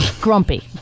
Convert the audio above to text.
Grumpy